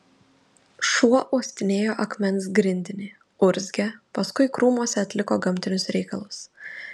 šuo uostinėjo akmens grindinį urzgė paskui krūmuose atliko gamtinius reikalus